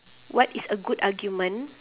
what is a good argument